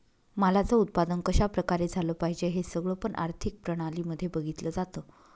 मालाच उत्पादन कशा प्रकारे झालं पाहिजे हे सगळं पण आर्थिक प्रणाली मध्ये बघितलं जातं